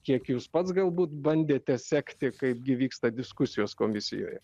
kiek jūs pats galbūt bandėte sekti kaip gi vyksta diskusijos komisijoje